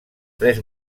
tres